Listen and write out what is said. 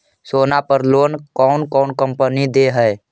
सोना पर लोन कौन कौन कंपनी दे है?